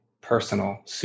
personal